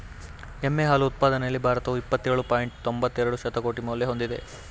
ಎಮ್ಮೆ ಹಾಲು ಉತ್ಪಾದನೆಯಲ್ಲಿ ಭಾರತವು ಇಪ್ಪತ್ತೇಳು ಪಾಯಿಂಟ್ ತೊಂಬತ್ತೆರೆಡು ಶತಕೋಟಿ ಮೌಲ್ಯ ಹೊಂದಿದೆ